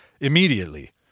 immediately